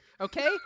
okay